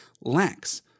...lacks